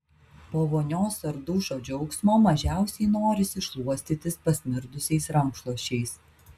po vonios ar dušo džiaugsmo mažiausiai norisi šluostytis pasmirdusiais rankšluosčiais